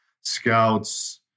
scouts